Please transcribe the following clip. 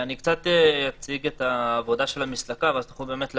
אני אציג קצת את העבודה של המסלקה ואז תוכלו להבין